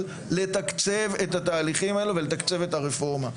לתקצב את התהליכים האלה ולתקצב את הרפורמה.